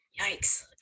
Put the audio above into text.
Yikes